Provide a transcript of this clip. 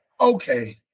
Okay